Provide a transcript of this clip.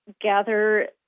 gather